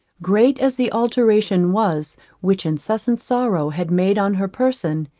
great as the alteration was which incessant sorrow had made on her person,